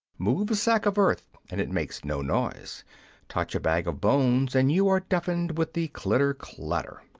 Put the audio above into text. move a sack of earth and it makes no noise touch a bag of bones and you are deafened with the clitter-clatter.